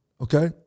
Okay